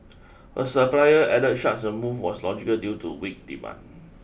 a supplier added such a move was logical due to weak demand